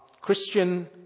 Christian